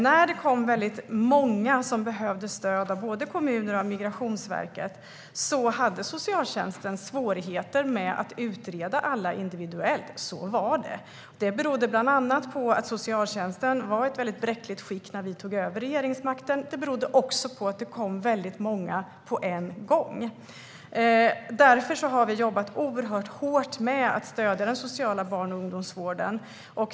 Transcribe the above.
När det kom väldigt många som behövde stöd av både kommunen och Migrationsverket hade socialtjänsten svårt att utreda alla individuellt; så var det. Detta berodde bland annat på att socialtjänsten var i ett bräckligt skick när vi tog över regeringsmakten. Det berodde också på att det kom väldigt många på en gång. Därför har vi jobbat hårt med att stödja den sociala barn och ungdomsvården.